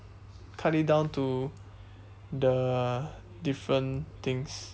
cut it down to the different things